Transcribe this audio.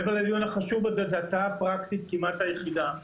מעבר לדיון החשוב הזה היא ההצעה הפרקטית היחידה כמעט.